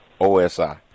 OSI